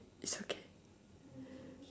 it's okay